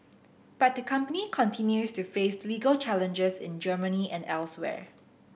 but the company continues to face legal challenges in Germany and elsewhere